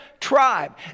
tribe